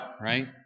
right